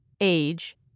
age